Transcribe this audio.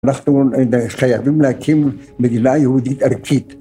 אנחנו חייבים להקים מדינה יהודית ערכית.